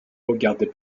regardez